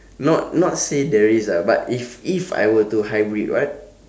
not not say there is ah but if if I were to hybrid what